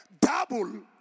Double